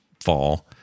fall